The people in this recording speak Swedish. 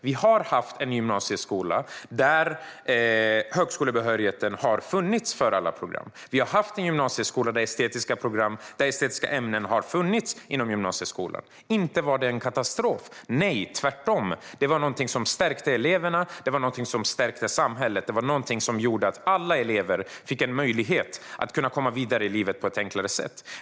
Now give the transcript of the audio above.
Vi har haft en gymnasieskola där högskolebehörigheten har funnits för alla program. Vi har haft en gymnasieskola där estetiska ämnen har funnits. Inte var det en katastrof! Nej, tvärtom stärkte det eleverna och samhället. Det gjorde att alla elever fick en möjlighet att komma vidare i livet på ett enklare sätt.